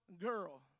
girl